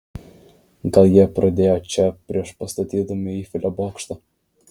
gal jie pradėjo čia prieš pastatydami eifelio bokštą